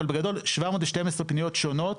אבל בגדול 712 פניות שונות